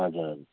हजुर हजुर